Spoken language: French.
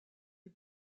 les